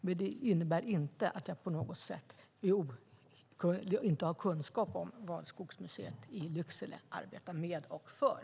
Men det innebär inte att jag på något sätt inte skulle ha kunskap om vad Skogsmuseet i Lycksele arbetar med och för.